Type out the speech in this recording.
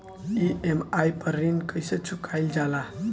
EMI पर ऋण कईसे चुकाईल जाला?